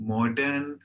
Modern